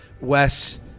Wes